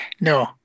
No